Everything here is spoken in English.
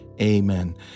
Amen